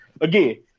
again